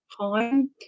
time